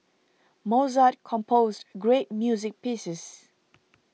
Mozart composed great music pieces